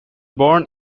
born